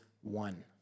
one